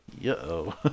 yo